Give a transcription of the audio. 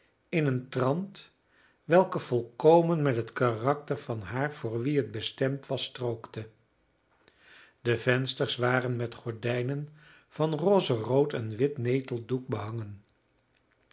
in een trant welke volkomen met het karakter van haar voor wie het bestemd was strookte de vensters waren met gordijnen van rozerood en wit neteldoek behangen